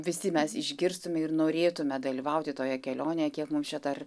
visi mes išgirstume ir norėtume dalyvauti toje kelionėje kiek mum čia dar